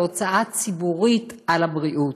ההוצאה הציבורית על הבריאות.